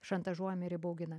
šantažuojami ir įbauginami